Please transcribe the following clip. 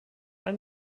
ein